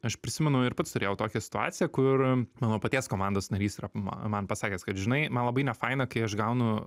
aš prisimenu ir pats turėjau tokią situaciją kur mano paties komandos narys yra ma man pasakęs kad žinai man labai nefaina kai aš gaunu